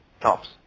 tops